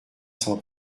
cent